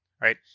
right